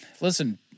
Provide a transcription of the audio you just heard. listen